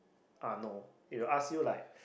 uh no he will ask you like